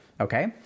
Okay